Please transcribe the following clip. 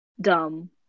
dumb